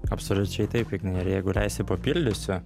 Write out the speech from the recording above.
absoliučiai taip ignai ir jeigu leisi papildysiu